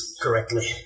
correctly